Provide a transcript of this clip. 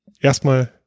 erstmal